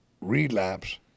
relapse